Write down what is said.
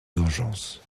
vengeance